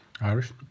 Irish